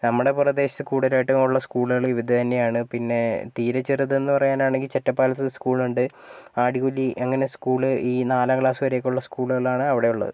നമ്മുടെ പ്രദേശത്ത് കൂടുതലായിട്ടും ഉള്ള സ്കൂളുകൾ ഇതുതന്നെയാണ് പിന്നെ തീരെ ചെറുതെന്ന് പറയാനാണെങ്കിൽ ചെറ്റപ്പാലത്ത് ഒരു സ്കൂൾ ഉണ്ട് ആടികുല്ലി അങ്ങനെ സ്കൂൾ ഈ നാലാം ക്ലാസ് വരെയൊക്കെ ഉള്ള സ്കൂളുകളാണ് അവിടെയുള്ളത്